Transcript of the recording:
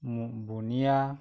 বুন্দিয়া